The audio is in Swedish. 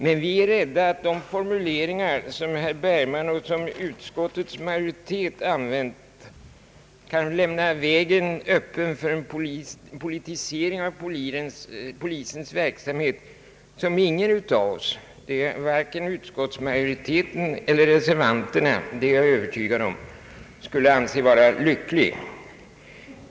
Men vi är rädda att de for muleringar som herr Bergman och utskottets majoritet har använt kan lämna vägen öppen för en politisering av polisens verksamhet, vilket ingen av oss — vare sig utskottsmajoriteten eller reservanterna, det är jag övertygad om — skulle finna lyckligt.